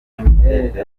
n’imiterere